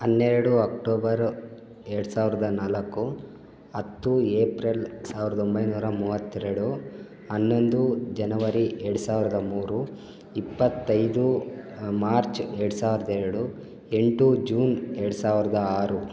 ಹನ್ನೆರಡು ಅಕ್ಟೋಬರ ಎರಡು ಸಾವಿರದ ನಾಲ್ಕು ಹತ್ತು ಏಪ್ರಿಲ್ ಸಾವಿರದ ಒಂಬೈನೂರ ಮೂವತ್ತೆರಡು ಹನ್ನೊಂದು ಜನವರಿ ಎರಡು ಸಾವಿರದ ಮೂರು ಇಪ್ಪತ್ತೈದು ಮಾರ್ಚ್ ಎರಡು ಸಾವಿರದ ಎರಡು ಎಂಟು ಜೂನ್ ಎರಡು ಸಾವಿರದ ಆರು